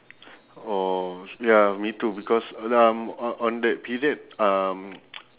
oh ya me too because um o~ on that period um